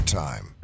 time